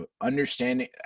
understanding